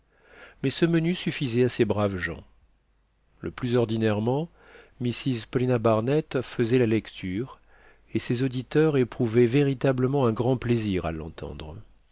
mais ce menu suffisait à ces braves gens le plus ordinairement mrs paulina barnett faisait la lecture et ses auditeurs éprouvaient véritablement un grand plaisir à l'entendre